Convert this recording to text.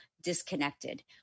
disconnected